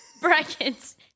brackets